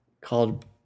called